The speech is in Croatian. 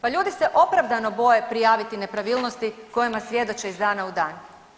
Pa ljudi se opravdano boje prijaviti nepravilnosti kojima svjedoče iz dana u dan.